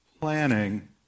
planning